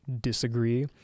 disagree